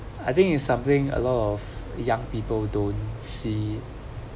I think it's something a lot of young people don't see